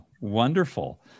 wonderful